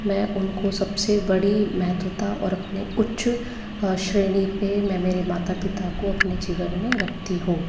मैं उनको सब से बड़ी महत्वता और अपने उच्च श्रेणी पे मैं मेरे माता पिता को अपने जीवन में रखती हूँ